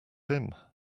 him